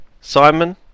Simon